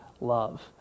love